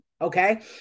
Okay